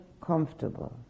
comfortable